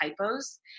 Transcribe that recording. typos